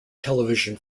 television